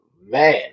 Man